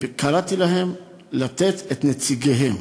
קראתי להם לתת את נציגיהם.